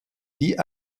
die